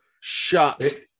Shut